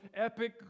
epic